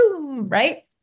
right